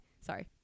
sorry